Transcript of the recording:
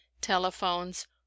telephones